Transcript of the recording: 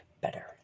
better